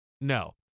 No